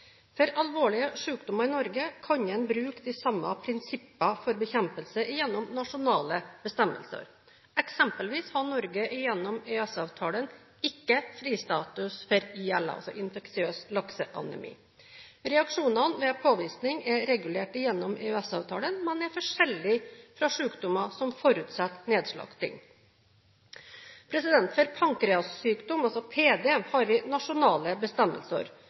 For alvorlige sykdommer i Norge kan en bruke de samme prinsippene for bekjempelse gjennom nasjonale bestemmelser. Eksempelvis har Norge gjennom EØS-avtalen ikke fristatus for ILA, infeksiøs lakseanemi. Reaksjonene ved påvisning er regulert gjennom EØS-avtalen, men er forskjellig fra sykdommer som forutsetter nedslakting. For pankreassykdom, PD, har vi nasjonale bestemmelser,